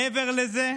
למדינה יש, מעבר לזה,